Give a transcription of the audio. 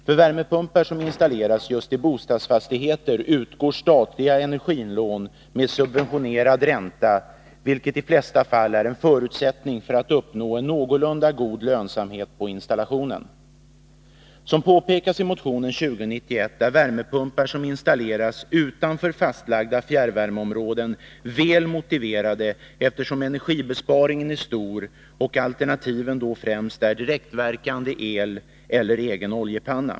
För värmepumpar som installeras just i bostadsfastigheter utgår statliga energilån med subventionerad ränta, vilket i de flesta fall är en förutsättning för att uppnå en någorlunda god lönsamhet på installationen. Som påpekas i motion 2091 är värmepumpar som installeras utanför fastlagda fjärrvärmeområden väl motiverade, eftersom energibesparingen är stor och alternativen då främst är direktverkande el eller egen oljepanna.